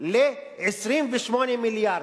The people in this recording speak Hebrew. ל-28 מיליארד.